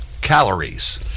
Calories